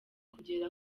kugera